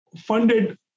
funded